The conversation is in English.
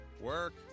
work